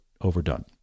overdone